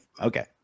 Okay